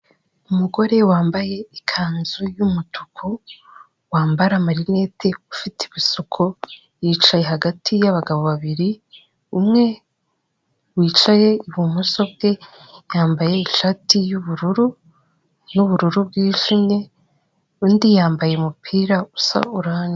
Umugore wambaye ikanzu y'umutuku, wambara amarinete, ufite ibisuko, yicaye hagati y'abagabo babiri, umwe wicaye ibumoso bwe, yambaye ishati y'ubururu n'ubururu bwijimye, undi yambaye umupira usa oranje.